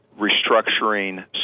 restructuring